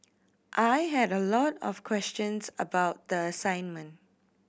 I had a lot of questions about the assignment